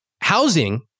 Housing